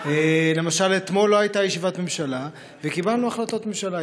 למשל אתמול לא הייתה ישיבת ממשלה וקיבלנו החלטות ממשלה.